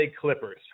Clippers